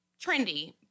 trendy